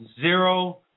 Zero